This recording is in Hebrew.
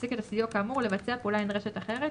להפסיק את הסיוע האמור ולבצע פעולה נדרשת אחרת,